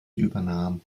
übernahm